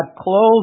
clothes